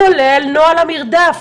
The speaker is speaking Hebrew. כולל נוהל המרדף,